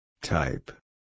Type